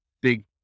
big